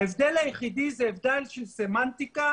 ההבדל היחידי זה הבדל של סמנטיקה,